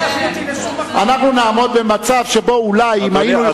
אנחנו נעמוד במצב שבו אולי, אם היינו יכולים,